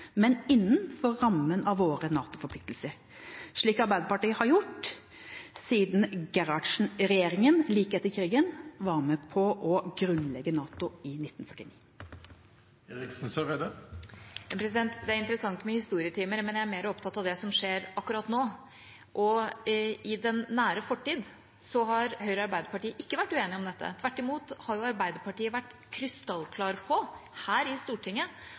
men innenfor rammen av våre NATO-forpliktelser, slik Arbeiderpartiet har gjort siden Gerhardsen-regjeringa like etter krigen var med på å grunnlegge NATO, i 1949. Det er interessant med historietimer, men jeg er mer opptatt av det som skjer akkurat nå. I den nære fortid har ikke Arbeiderpartiet og Høyre vært uenige om dette. Tvert imot har Arbeiderpartiet vært krystallklar på – her i Stortinget